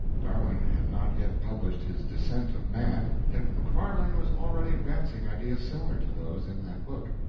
darwin had not yet published his descent of man, yet macfarlane was already advancing ideas similar to those in that book.